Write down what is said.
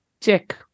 check